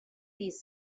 these